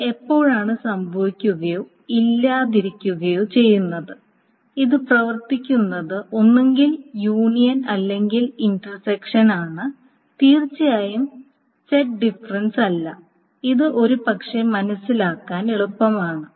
ഇത് എപ്പോഴാണ് സംഭവിക്കുകയോ ഇല്ലാതിരിക്കുകയോ ചെയ്യുന്നത് ഇത് പ്രവർത്തിക്കുന്നത് ഒന്നുകിൽ യൂണിയൻ അല്ലെങ്കിൽ ഇൻറർ സെക്ഷനിൽ ആണ് തീർച്ചയായും സെറ്റ് ഡിഫറൻസ് അല്ല ഇത് ഒരുപക്ഷേ മനസ്സിലാക്കാൻ എളുപ്പമാണ്